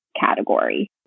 category